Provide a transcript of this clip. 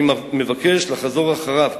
אני מבקש לחזור אחריו,